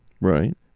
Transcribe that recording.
right